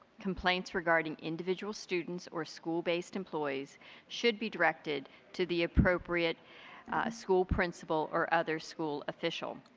complaints regarding individual students or school-based employees should be directed to the appropriate school principal or other school official.